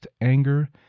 anger